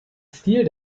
stil